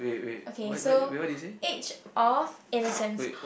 okay so age of innocence